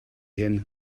hyn